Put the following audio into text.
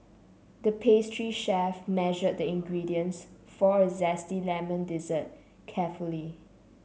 the pastry chef measured the ingredients for a zesty lemon dessert carefully